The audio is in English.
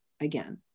again